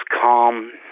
calm